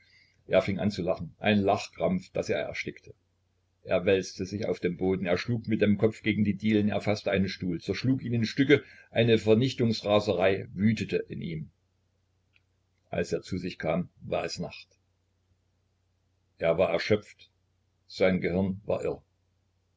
er fing an zu lachen ein lachkrampf daß er erstickte er wälzte sich auf dem boden er schlug mit dem kopf gegen die dielen er faßte einen stuhl zerschlug ihn in stücke eine vernichtungsraserei wütete in ihm als er zu sich kam war es nacht er war erschöpft sein gehirn war irr